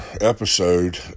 episode